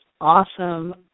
Awesome